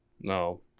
No